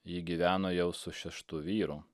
ji gyveno jau su šeštu vyru